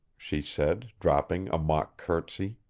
she said, dropping a mock courtesy.